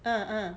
uh uh